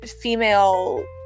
female